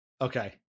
Okay